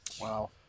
Wow